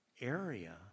area